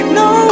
no